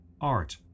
art